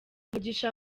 mugisha